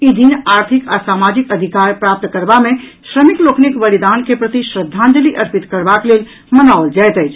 ई दिन आर्थिक आ समाजिक अधिकार प्राप्त करबा मे श्रमिक लोकनिक बलिदान के प्रति श्रद्धांजलि अर्पित करबाक लेल मनाओल जायत अछि